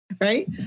right